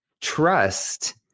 trust